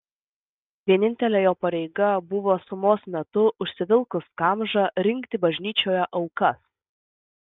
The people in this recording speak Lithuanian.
vienintelė jo pareiga buvo sumos metu užsivilkus kamžą rinkti bažnyčioje aukas